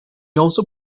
also